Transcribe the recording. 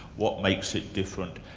what makes it different,